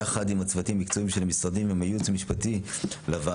יחד עם הצוותים המקצועיים של המשרדים ועם הייעוץ המשפטי לוועדה,